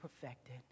perfected